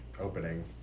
opening